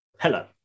Hello